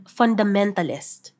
fundamentalist